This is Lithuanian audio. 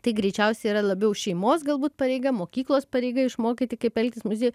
tai greičiausiai yra labiau šeimos galbūt pareiga mokyklos pareiga išmokyti kaip elgtis muziejuj